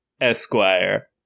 Esquire